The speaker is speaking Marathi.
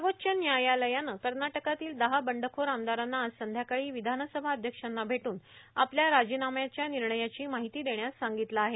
सर्वोच्च न्यायालयानं कर्नाटक्रतील दहा बंडखोर आमदारांना आज संध्याकाळी विधानसभा अध्यक्षांना भेटून आपल्या राजीनाम्याच्या निर्णयाची माहिती देण्यास सांगितलं आहे